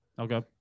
Okay